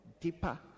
Deeper